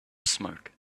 smoke